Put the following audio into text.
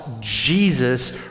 Jesus